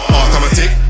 automatic